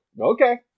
okay